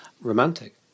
Romantic